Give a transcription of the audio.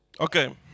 Okay